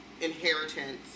inheritance